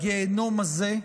שנקלעו אל הגיהינום הזה,